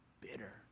bitter